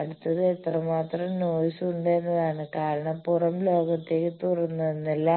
അടുത്തത് എത്രമാത്രം നോയ്സ് ഉണ്ട് എന്നതാണ് കാരണം പുറം ലോകത്തേക്ക് തുറക്കുന്നതിനാൽ